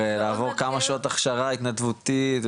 לעבור כמה שעות הכשרה התנדבותית,